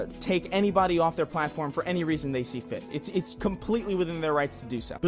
take anybody off their platform for any reason they see fit. it's it's completely within their rights to do so. but